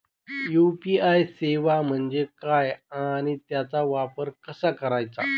UPI सेवा म्हणजे काय आणि त्याचा वापर कसा करायचा?